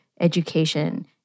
education